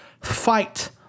fight